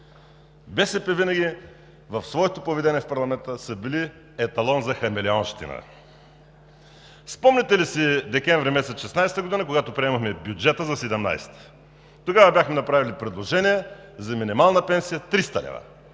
БСП винаги в своето поведение в парламента са били еталон за хамелеонщина. Спомняте ли си месец декември 2016 г., когато приемахме бюджета за 2017 г.? Тогава бяхме направили предложение за минимална пенсия 300 лв.